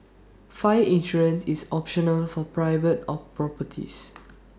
fire insurance is optional for private properties